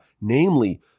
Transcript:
namely